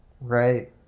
right